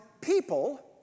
people